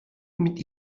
mit